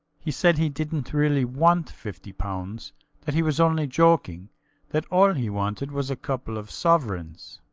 he said he didnt really want fifty pounds that he was only joking that all he wanted was a couple of sovereigns.